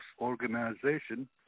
organization